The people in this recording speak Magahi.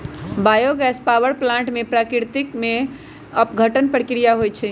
बायो गैस पावर प्लांट में प्राकृतिक अपघटन प्रक्रिया होइ छइ